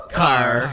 car